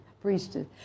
priestess